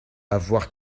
avoir